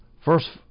First